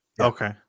Okay